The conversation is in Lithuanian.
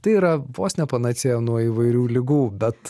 tai yra vos ne panacėja nuo įvairių ligų bet